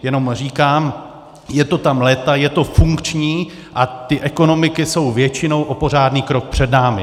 Jenom říkám, je to tam léta, je to funkční a ty ekonomiky jsou většinou o pořádný krok před námi.